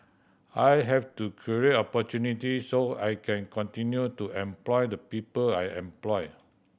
I have to create opportunity so I can continue to employ the people I employ